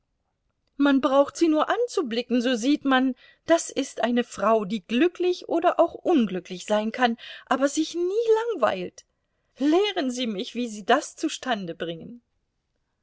man braucht sie nur anzublicken so sieht man das ist eine frau die glücklich oder auch unglücklich sein kann aber sich nie langweilt lehren sie mich wie sie das zustande bringen